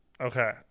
Okay